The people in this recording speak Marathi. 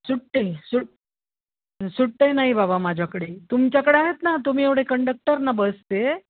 सुटे सुट सुटे नाही बाबा माझ्याकडे तुमच्याकडे आहेत ना तुम्ही एवढे कंडक्टर ना बसचे